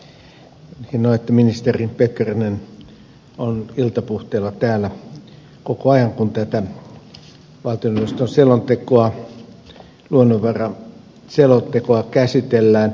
on hienoa että ministeri pekkarinen on iltapuhteilla täällä koko ajan kun tätä valtioneuvoston luonnonvaraselontekoa käsitellään